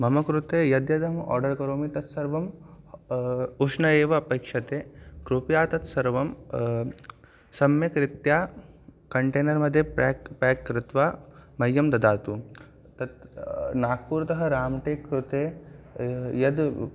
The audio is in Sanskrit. मम कृते यद्यदहं आर्डर् करोमि तत्सर्वम् उष्णम् एव अपेक्षते कृपया तत्सर्वं सम्यक्रीत्या कण्टैनर् मध्ये प्याक् प्याक् कृत्वा मह्यं ददातु तत् नाग्पूर्तः राम् टेक् कृते यद्